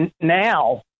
now